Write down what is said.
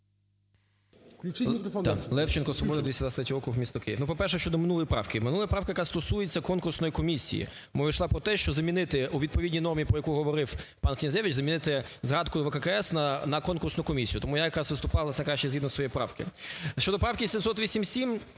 Левченко, "Свобода", 223 округ, місто Київ. Ну по-перше, щодо минулої правки. Минула правка, яка стосується конкурсної комісії. Мова йшла про те, що замінити у відповідній нормі, про яку говорив пан Князевич, замінити згадку ВККС на "конкурсну комісію". Тому я якраз виступав… згідно своєї правки. Щодо правки 787.